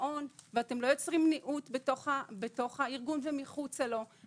ואתם לא יוצרים ניעות בתוך הארגון ומחוצה לו.